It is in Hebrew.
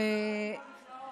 לשים במכלאות?